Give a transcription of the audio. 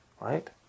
right